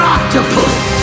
Octopus